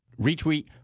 retweet